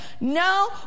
No